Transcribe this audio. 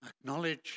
acknowledge